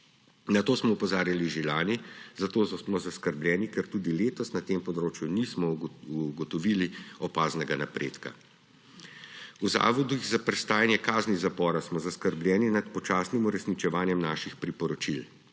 Na to smo opozarjali že lani, zato smo zaskrbljeni, ker tudi letos na tem področju nismo ugotovili opaznega napredka. V zavodih za prestajanje kazni zapora samo zaskrbljeni nad počasnim uresničevanjem naših priporočil.